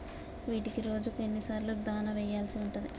వీటికి రోజుకు ఎన్ని సార్లు దాణా వెయ్యాల్సి ఉంటది?